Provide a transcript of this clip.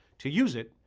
to use it,